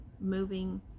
moving